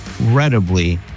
incredibly